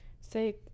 Say